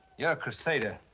you're a crusader,